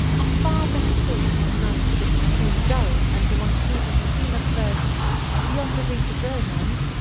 are far better sought among lives which seem dull, and among people who seem at first beyond the reach of romance,